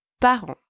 parents